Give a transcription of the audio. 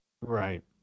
Right